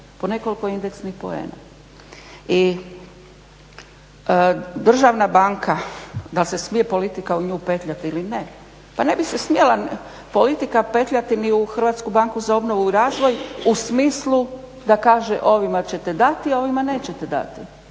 po nekoliko indeksnih poena. I državna banka dal se smije politika u nju petljat ili ne, pa ne bi se smjela politika petljati ni u HBOR u smislu da kaže ovima ćete dati, a ovima nećete dati.